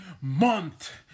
month